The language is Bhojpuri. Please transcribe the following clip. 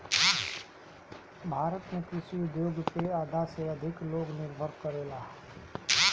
भारत में कृषि उद्योग पे आधा से अधिक लोग निर्भर करेला